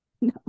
No